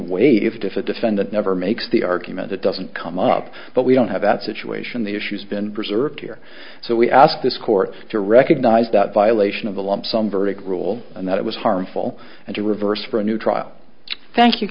a defendant never makes the argument it doesn't come up but we don't have that situation the issue's been preserved here so we asked this court to recognize that violation of the lump sum verdict rule and that it was harmful and to reverse for a new trial thank you